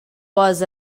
was